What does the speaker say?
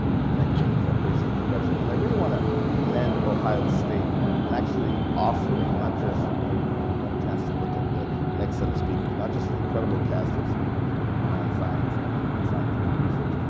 um thank you very much for that gracious introduction. and i really wanna commend ohio state on actually offering, not just, i mean i got a chance to look at the next set of speakers, not just an incredible cast of speakers around science and and scientific research,